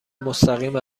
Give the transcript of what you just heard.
مستقیم